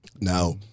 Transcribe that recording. now